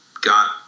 got